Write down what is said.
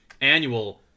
annual